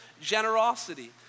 generosity